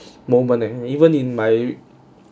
moment and even in my